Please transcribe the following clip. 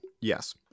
yes